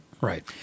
Right